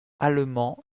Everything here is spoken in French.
allemands